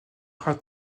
rats